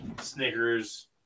Snickers